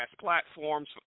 platforms